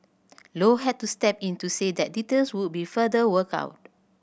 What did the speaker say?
low had to step in to say that details would be further worked out